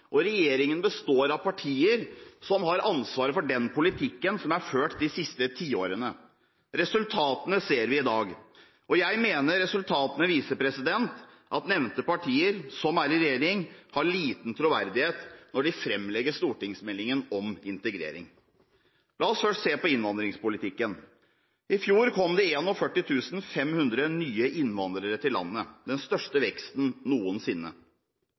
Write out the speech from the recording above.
politikk. Regjeringen har tross alt ansvaret for den innvandrings- og integreringspolitikken vi har i dag, og regjeringens består av partier som har ansvaret for den politikken som er ført de siste tiårene. Resultatene ser vi i dag. Jeg mener resultatene viser at nevnte partier, som er i regjering, har liten troverdighet når de framlegger stortingsmeldingen om integrering. La oss først se på innvandringspolitikken. I fjor kom det 41 500 nye innvandrere til landet – den